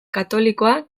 katolikoa